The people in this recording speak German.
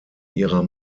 ihrer